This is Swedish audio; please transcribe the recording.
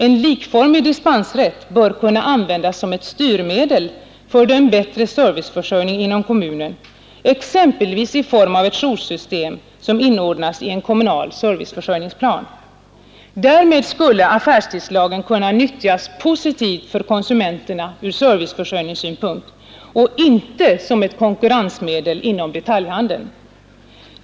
En likformig dispensrätt bör kunna användas som ett styrmedel för en bättre serviceförsörjning inom kommunen, exempelvis i form av ett joursystem som inordnas i en kommunal serviceförsörjningsplan. Därmed skulle affärstidslagen kunna nyttjas positivt för konsumenterna ur serviceförsörjningssynpunkt och inte som ett konkurrensmedel inom detaljhandeln.